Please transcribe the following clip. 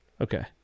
okay